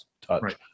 touch